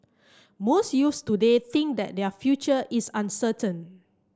most youths today think that their future is uncertain